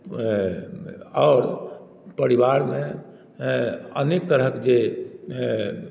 आओर परिवारमे अनेक तरहक जे